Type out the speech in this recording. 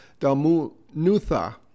Dalmunutha